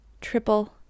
Triple